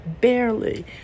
barely